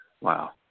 wow